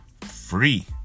free